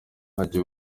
nkajya